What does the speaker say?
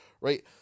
Right